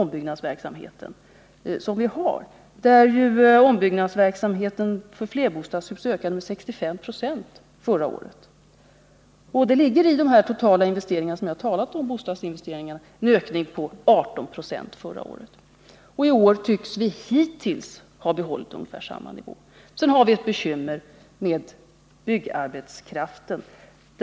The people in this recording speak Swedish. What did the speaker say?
Ombyggnadsverksamheten när det gäller flerfamiljshus ökade med 65 96 förra året. Denna ökning ingår i den ökning med 18 96 förra året av den totala bostadsinvesteringen, som jag tidigare talade om. I år tycks vi hittills ha behållit ungefär samma nivå. Sedan har vi ett bekymmer med byggarbetskraften.